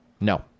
no